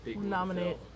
nominate